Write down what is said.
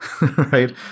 right